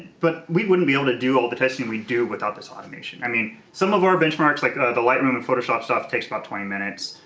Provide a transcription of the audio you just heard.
but we wouldn't be able to do all the testing we do without this automation. i mean, some of our benchmarks like the lightroom and photoshop stuff takes about twenty minutes.